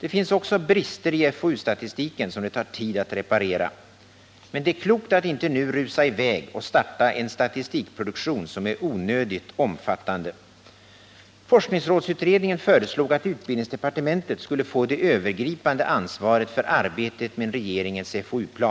Det finns också brister i FOU-statistiken som det tar tid att reparera. Men det är klokt att inte nu rusa i väg och starta en statistikproduktion som är onödigt omfattande. Forskningsrådsutredningen föreslog att utbildningsdepartementet skulle få det övergripande ansvaret för arbetet med en regeringens FoU-plan.